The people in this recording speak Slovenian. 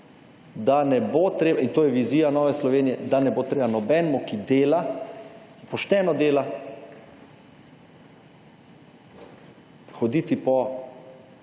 da ne bo treba, in to je vizija Nove Slovenije, da ne bo treba nobenemu, ki dela, pošteno dela, hoditi po